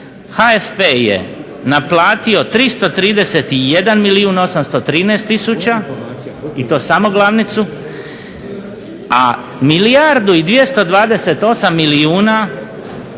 HFP je naplatio 331 milijun 813 tisuća i to samo glavnicu, a milijardu i 228 milijuna